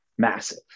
Massive